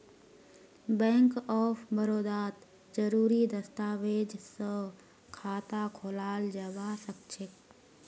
bank of बड़ौदात जरुरी दस्तावेज स खाता खोलाल जबा सखछेक